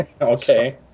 Okay